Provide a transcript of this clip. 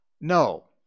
No